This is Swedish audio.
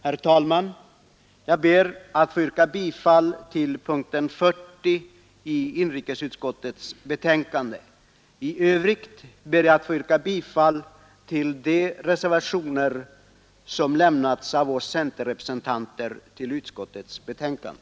15 december 1972 Herr talman! Jag ber att få yrka bifall till inrikesutskottets hemställan under punkten 40. I övrigt ber jag att få yrka bifall till de reservationer